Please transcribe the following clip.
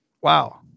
wow